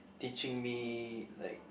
teaching me like